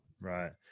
Right